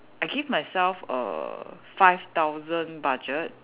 I give myself err five thousand budget